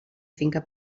finca